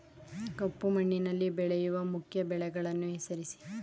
ಕಪ್ಪು ಮಣ್ಣಿನಲ್ಲಿ ಬೆಳೆಯುವ ಮುಖ್ಯ ಬೆಳೆಗಳನ್ನು ಹೆಸರಿಸಿ